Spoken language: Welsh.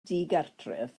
digartref